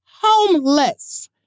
homeless